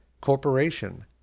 corporation